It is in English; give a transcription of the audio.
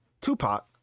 tupac